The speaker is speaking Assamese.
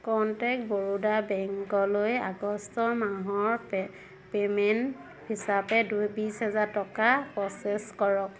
কন্টেক্ট বৰোদা বেংকলৈ আগষ্ট মাহৰ পে' পে'মেণ্ট হিচাপে দুই বিছ হাজাৰ টকা প্ৰ'চেছ কৰক